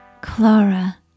Clara